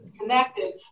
connected